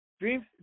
dreams